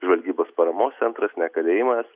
žvalgybos paramos centras ne kalėjimas